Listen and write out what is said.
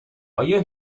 آیا